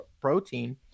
protein